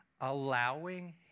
allowing